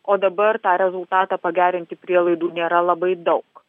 o dabar tą rezultatą pagerinti prielaidų nėra labai daug